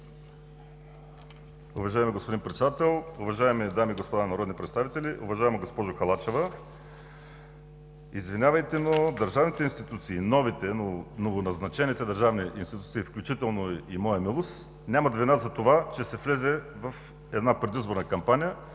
Уважаеми господин Председател, уважаеми дами и господа народни представители! Уважаема госпожо Халачева, извинявайте, но държавните институции – новите, новоназначените държавни институции, включително и моя милост, нямат вина за това, че се влезе в предизборна кампания